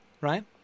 right